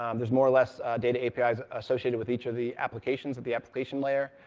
um there's more or less data apis associated with each of the applications at the application layer,